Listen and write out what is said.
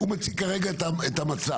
הוא מציג כרגע את המצב,